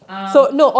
ah